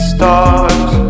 Stars